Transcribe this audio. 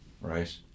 right